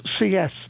CS